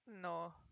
No